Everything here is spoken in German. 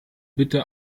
bitte